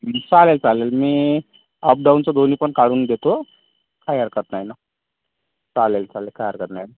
चालेल चालेल मी अप डाउनचं दोन्ही पण काढून देतो काही हरकत नाही ना चालेल चालेल काही हरकत नाही